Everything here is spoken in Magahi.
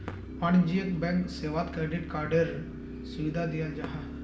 वाणिज्यिक बैंक सेवात क्रेडिट कार्डएर सुविधा दियाल जाहा